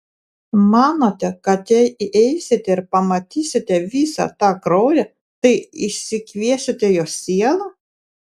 manote kad jei įeisite ir pamatysite visą tą kraują tai išsikviesite jos sielą